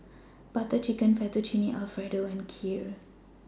Butter Chicken Fettuccine Alfredo and Kheer